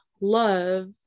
love